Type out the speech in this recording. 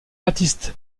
baptiste